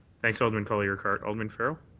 thanks, alderman colley-urquhart. alderman farrell.